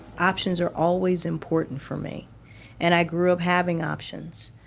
options are always important for me and i grew up having options.